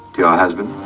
your husband?